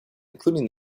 including